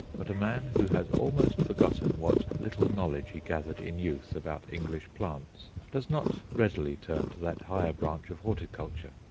but a man who has almost forgotten what little knowledge he gathered in youth about english plants does not readily turn to that higher branch of horticulture.